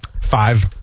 Five